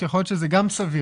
יכול להיות שזה גם סביר,